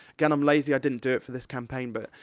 again, i'm lazy, i didn't do it for this campaign, but,